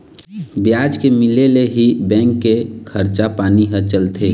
बियाज के मिले ले ही बेंक के खरचा पानी ह चलथे